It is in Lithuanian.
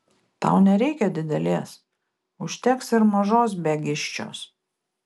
tau nereikia didelės užteks ir mažos biagiščios